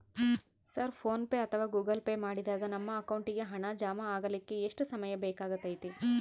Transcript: Sir PhonePe ಅಥವಾ Google Pay ಮಾಡಿದಾಗ ನಮ್ಮ ಅಕೌಂಟಿಗೆ ಹಣ ಜಮಾ ಆಗಲಿಕ್ಕೆ ಎಷ್ಟು ಸಮಯ ಬೇಕಾಗತೈತಿ?